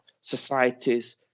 societies